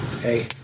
Hey